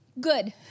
good